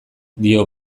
dio